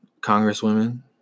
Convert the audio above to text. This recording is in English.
Congresswomen